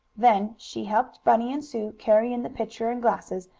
then she helped bunny and sue carry in the pitcher and glasses,